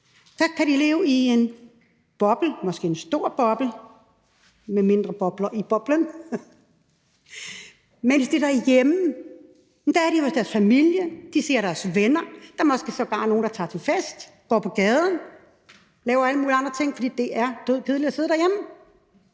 Der kan de leve i en boble, måske en stor boble, eller i mindre bobler i boblen, mens de derhjemme er hos deres familier, de ser deres venner, der er sågar måske nogle, der tager til fest, går på gaden, laver alle mulige andre ting, fordi det er dødkedeligt at sidde derhjemme.